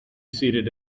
seated